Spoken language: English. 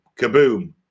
kaboom